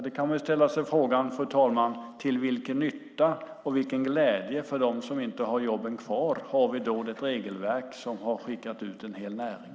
Då kan man ställa sig frågan, fru talman: Till vilken nytta och vilken glädje för dem som inte har jobben kvar har vi ett regelverk som gjort att vi skickat ut en hel näring?